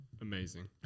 Amazing